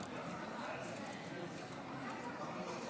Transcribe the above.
חבריי